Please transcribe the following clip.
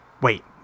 Wait